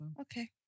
okay